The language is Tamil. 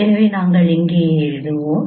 எனவே நாங்கள் இங்கே எழுதுவோம்